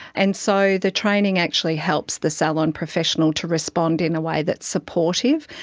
and so the training actually helps the salon professional to respond in a way that's supportive.